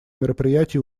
мероприятий